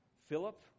Philip